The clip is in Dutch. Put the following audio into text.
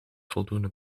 voldoende